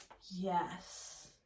Yes